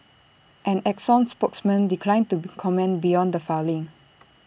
an exxon spokesman declined to comment beyond the filing